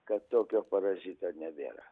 kad tokio parazito nebėra